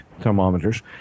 thermometers